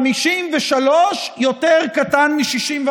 53 יותר קטן מ-61.